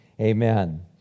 Amen